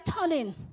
turning